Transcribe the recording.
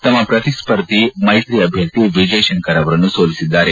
ತಮ್ಮ ಪ್ರತಿಸ್ಥರ್ಧಿ ಮೈತ್ರಿ ಅಭ್ಯರ್ಥಿ ವಿಜಯಶಂಕರ್ ಅವರನ್ನು ಸೋಲಿಸಿದ್ದಾರೆ